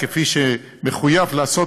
כפי שמחויב לעשות,